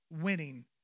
winning